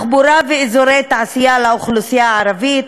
תחבורה ואזורי תעשייה לאוכלוסייה הערבית,